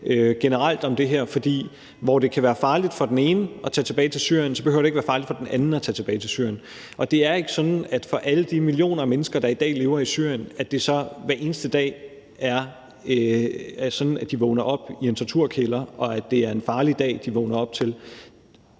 generelt om det her, for hvor det kan være farligt for den ene at tage tilbage til Syrien, behøver det ikke være farligt for den anden at tage tilbage til Syrien. Det er ikke sådan, at det for alle de millioner af mennesker, der i dag lever i Syrien, hver eneste dag er sådan, at de vågner op i en torturkælder, og at det er en farlig dag, de vågner op til.